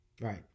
Right